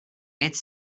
it’s